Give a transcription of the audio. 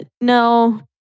No